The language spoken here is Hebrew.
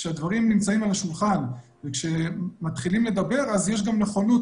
כשהדברים נמצאים על השולחן וכשמתחילים לדבר אז יש גם נכונות,